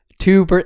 Two